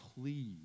please